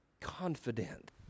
confident